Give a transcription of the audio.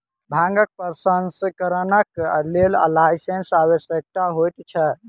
भांगक प्रसंस्करणक लेल लाइसेंसक आवश्यकता होइत छै